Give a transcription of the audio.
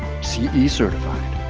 ce yeah certified.